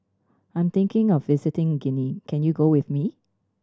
I'm thinking of visiting Guinea can you go with me